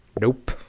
Nope